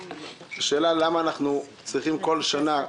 השאלה למה אנחנו צריכים כל שנה,